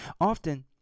Often